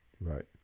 Right